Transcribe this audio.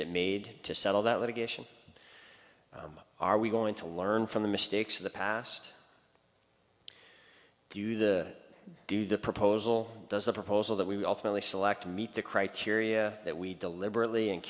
it made to settle that litigation are we going to learn from the mistakes of the past do the do the proposal does the proposal that we ultimately select to meet the criteria that we deliberately and